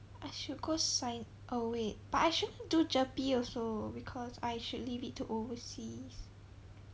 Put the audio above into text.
I should go sign oh wait but I shouldn't do GERPE also because I should leave it to overseas